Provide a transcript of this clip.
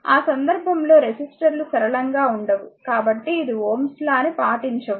ఆ సందర్భంలో రెసిస్టర్లు సరళంగా ఉండవు కాబట్టి ఇది Ω's లాΩ's lawని పాటించవు